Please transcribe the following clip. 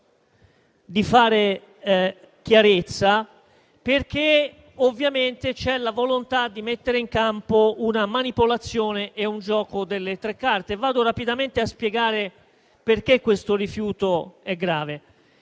di fare chiarezza, perché, ovviamente, c'è la volontà di mettere in campo una manipolazione e un gioco delle tre carte. Vado rapidamente a spiegare perché questo rifiuto è grave.